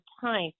time